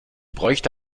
bräuchte